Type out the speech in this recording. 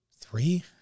three